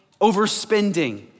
overspending